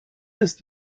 ist